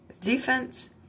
Defense